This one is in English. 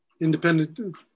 independent